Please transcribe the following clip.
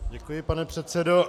Děkuji, pane předsedo.